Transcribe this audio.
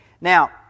Now